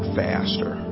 faster